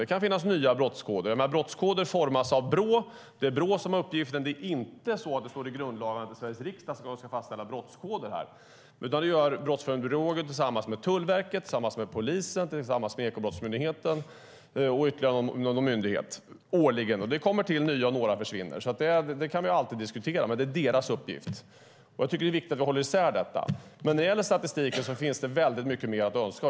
Det kan finnas nya brottskoder. Brottskoder formas av Brå. Det är Brå som har uppgiften. Det står inte i grundlagen att det är Sveriges riksdag som ska fastställa brottskoder, utan det gör Brottsförebyggande rådet tillsammans med Tullverket, polisen, Ekobrottsmyndigheten och ytterligare någon myndighet årligen. Det kommer till nya, och några försvinner. Det kan vi alltid diskutera. Men det är deras uppgift, och jag tycker att det är viktigt att vi håller isär detta. Men när det gäller statistiken finns det mycket mer att önska.